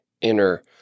inner